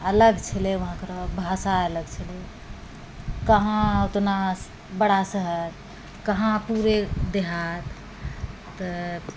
अलग छलै वहाँके र भाषा अलग छलै कहाँ ओतना बड़ा शहर कहाँ पूरे देहात तऽ